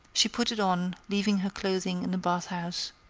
she put it on, leaving her clothing in the bath-house.